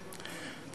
מיליארד.